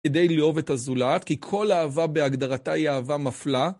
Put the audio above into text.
כדי לאהוב את הזולת, כי כל אהבה בהגדרתה היא אהבה מפלה.